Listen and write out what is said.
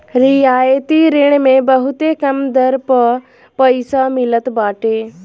रियायती ऋण मे बहुते कम दर पअ पईसा मिलत बाटे